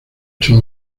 ocho